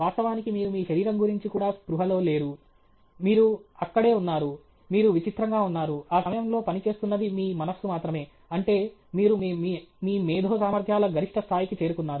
వాస్తవానికి మీరు మీ శరీరం గురించి కూడా స్పృహలో లేరు మీరు అక్కడే ఉన్నారు మీరు విచిత్రంగా ఉన్నారు ఆ సమయంలో పని చేస్తున్నది మీ మనస్సు మాత్రమే అంటే మీరు మీ మేధో సామర్ధ్యాల గరిష్ట స్థాయికి చేరుకున్నారు